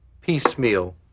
piecemeal